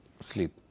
Sleep